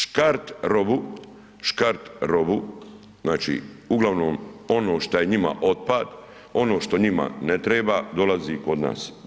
Škart robu, škart robu, znači uglavnom ono šta je njima otpad, ono što njima ne treba dolazi kod nas.